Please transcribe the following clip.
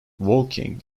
walking